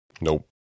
Nope